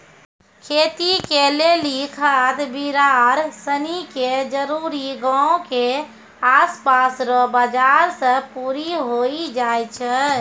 खेती के लेली खाद बिड़ार सनी के जरूरी गांव के आसपास रो बाजार से पूरी होइ जाय छै